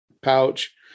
pouch